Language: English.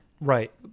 right